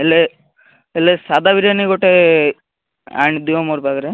ହେଲେ ହେଲେ ସାଧା ବିରିୟାନୀ ଗୋଟେ ଆଣିଦିଅ ମୋର ପାଖରେ